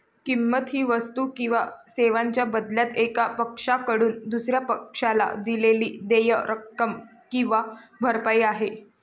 किंमत ही वस्तू किंवा सेवांच्या बदल्यात एका पक्षाकडून दुसर्या पक्षाला दिलेली देय रक्कम किंवा भरपाई आहे